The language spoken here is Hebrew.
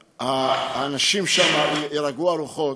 והאנשים שם, יירגעו הרוחות.